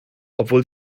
obwohl